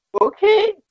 okay